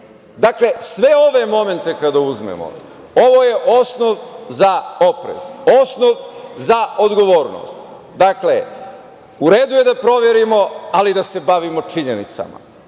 sve ove momente kad uzmemo, ovo je osnov za oprez, osnov za odgovornost, dakle, u redu je da proverimo, ali da se bavimo činjenicama.